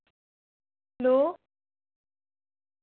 hello